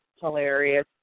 hilarious